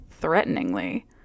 threateningly